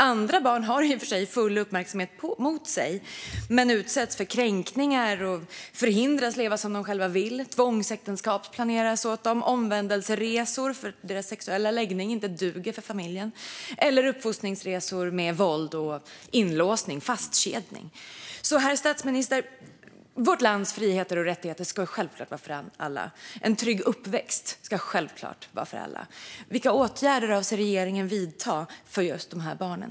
Andra barn har i och för sig full uppmärksamhet mot sig men utsätts för kränkningar och förhindras leva som de själva vill. Tvångsäktenskap planeras för dem, eller omvändelseresor för att deras sexuella läggning inte duger för familjen, eller uppfostringsresor där de utsätts för våld och blir inlåsta och fastkedjade. Herr statsminister! Vårt lands fri och rättigheter ska självklart vara för alla. En trygg uppväxt ska självklart vara för alla. Vilka åtgärder avser regeringen att vidta för just dessa barn?